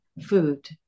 food